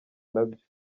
nabyo